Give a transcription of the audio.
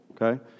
okay